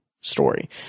story